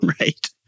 Right